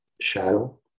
shadow